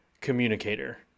communicator